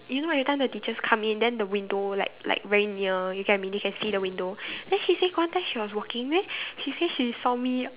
you know everytime the teachers come in then the window like like very near you can you can see the window then she say got one time she was walking then she say she saw me